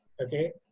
okay